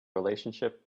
relationship